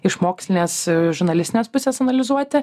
iš mokslinės žurnalistinės pusės analizuoti